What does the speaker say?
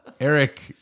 Eric